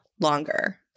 longer